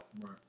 Right